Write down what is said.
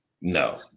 no